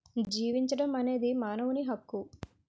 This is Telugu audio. జీవించడం అనేది మానవుని హక్కు